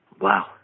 Wow